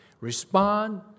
respond